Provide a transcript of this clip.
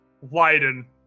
widen